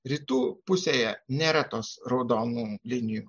rytų pusėje nėra tos raudonų linijų